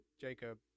Jacob